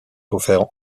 offerts